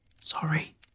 Sorry